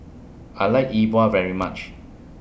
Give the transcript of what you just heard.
I like E Bua very much